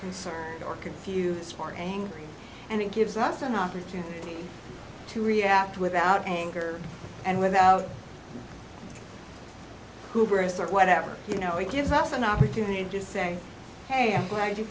concerned or confuse for angry and it gives us an opportunity to react without anger and without hoover's or whatever you know it gives us an opportunity to just say hey